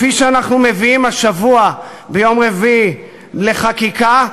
כפי שאנחנו מביאים השבוע ביום רביעי לחקיקה,